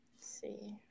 see